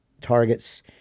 targets